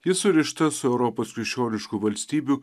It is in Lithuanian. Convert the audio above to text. ji surišta su europos krikščioniškų valstybių